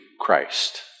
Christ